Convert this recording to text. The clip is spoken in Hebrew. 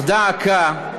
דא עקא,